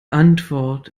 antwort